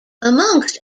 amongst